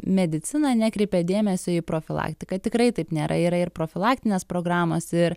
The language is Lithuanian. medicina nekreipia dėmesio į profilaktiką tikrai taip nėra yra ir profilaktinės programos ir